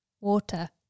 Water